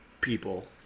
people